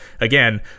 again